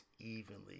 evenly